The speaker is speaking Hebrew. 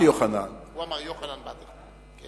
יוחנן בדר.